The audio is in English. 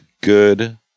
good